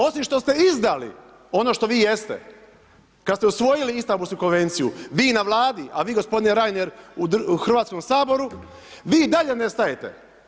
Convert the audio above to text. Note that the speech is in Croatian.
Osim što ste izdali ono što vi jeste kada ste usvojili Istanbulsku konvenciju, vi na Vladi a vi gospodine Reiner u Hrvatskom saboru, vi i dalje ne stajete.